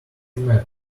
met